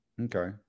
Okay